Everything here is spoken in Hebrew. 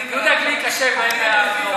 יהודה גליק אשם, סליחה.